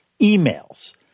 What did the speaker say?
emails